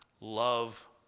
love